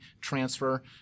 transfer